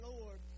Lord